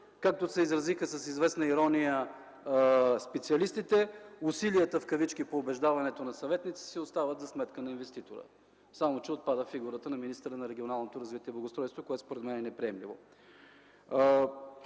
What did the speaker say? Както се изразиха с известна ирония специалистите, „усилията по убеждаването на съветниците си остават за сметка на инвеститора”, но отпада фигурата на министъра на регионалното развитие и благоустройството, което според мен е неприемливо.